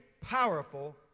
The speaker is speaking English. powerful